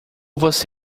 você